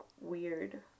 weird